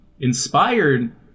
Inspired